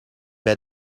bij